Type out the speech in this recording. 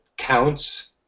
counts